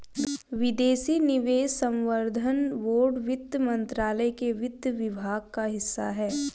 विदेशी निवेश संवर्धन बोर्ड वित्त मंत्रालय के वित्त विभाग का हिस्सा है